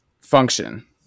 function